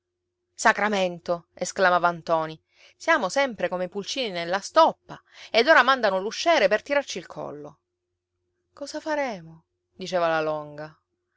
sacramento esclamava ntoni siamo sempre come i pulcini nella stoppa ed ora mandano l'usciere per tirarci il collo cosa faremo diceva la longa